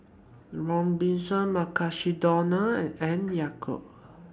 Robinsons Mukshidonna and Yakult